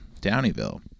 Downeyville